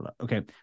okay